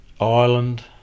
ireland